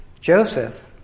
Joseph